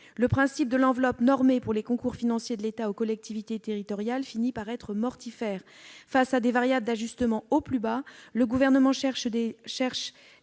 Le principe de l'enveloppe normée pour les concours financiers de l'État aux collectivités territoriales finit par être mortifère. Face à des variables d'ajustement au plus bas, le Gouvernement cherche des